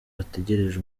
ategereje